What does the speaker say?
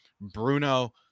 Bruno